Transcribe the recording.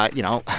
but you know,